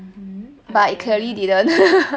mmhmm I guess